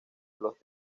los